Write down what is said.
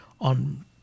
on